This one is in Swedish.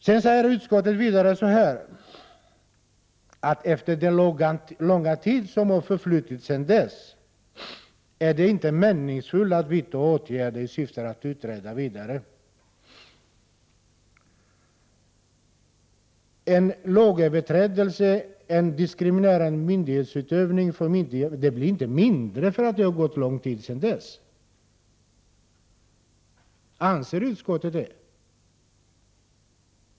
Sö PANSAR ERSTA RS Utskottet hänvisar vidare till att det efter den långa tid som har förflutit sedan dess inte är meningsfullt att vidta åtgärder i syfte att utreda frågan vidare. En lagöverträdelse och en diskriminerande myndighetsutövning blir inte mindre därför att det har gått lång tid sedan det hela skedde. Anser utskottet det?